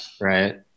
Right